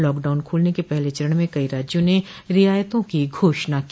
lockdown खोलने के पहले चरण में कई राज्यों ने रियायतों की घोषणा की